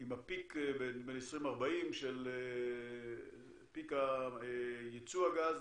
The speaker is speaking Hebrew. עם הפיק ב-2040, פיק יצוא הגז.